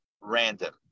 random